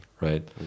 right